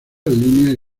líneas